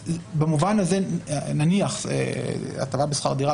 במובן הזה אני מניח הטבה בשכר דירה,